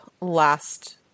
last